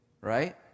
right